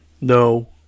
No